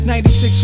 96